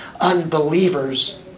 unbelievers